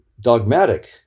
dogmatic